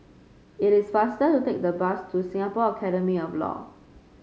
it is faster to take the bus to Singapore Academy of Law